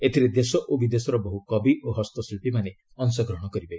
ଏଥିରେ ଦେଶ ଓ ବିଦେଶର ବହ୍ର କବି ଓ ହସ୍ତଶିଳ୍ପୀମାନେ ଅଂଶଗ୍ରହଣ କରିବେ